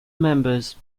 members